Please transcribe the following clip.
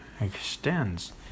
extends